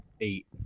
eight